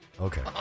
Okay